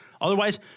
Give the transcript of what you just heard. Otherwise